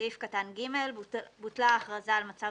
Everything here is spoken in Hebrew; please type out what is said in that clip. סעיף קטן (ג) בוטלה ההכרזה על מצב